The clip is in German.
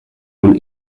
nun